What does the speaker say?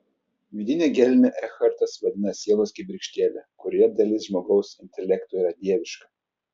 vidinę gelmę ekhartas vadina sielos kibirkštėle kurioje dalis žmogaus intelekto yra dieviška